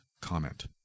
comment